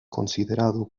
considerado